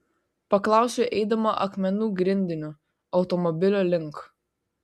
paklausiau eidama akmenų grindiniu automobilio link